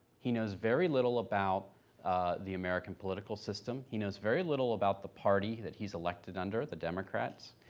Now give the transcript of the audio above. he knows very little about the american political system. he knows very little about the party that he's elected under, the democrats,